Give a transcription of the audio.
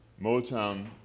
Motown